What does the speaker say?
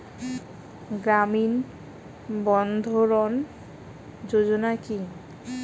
গ্রামীণ বন্ধরন যোজনা কি?